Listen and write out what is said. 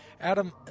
Adam